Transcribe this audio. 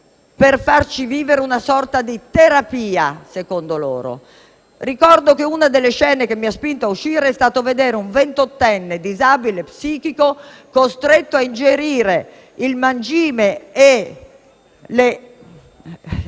per farci vivere una sorta di terapia, secondo loro. Ricordo che una delle scene che mi ha spinto a uscire è stato vedere un ventottenne disabile psichico costretto a ingerire il mangime e le